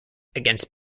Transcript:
against